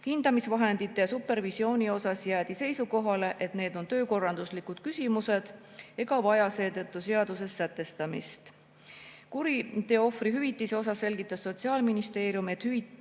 Hindamisvahendite ja supervisiooni puhul jäädi seisukohale, et need on töökorralduslikud küsimused ega vaja seetõttu seaduses sätestamist. Kuriteoohvri hüvitise kohta selgitas Sotsiaalministeerium, et hüvitise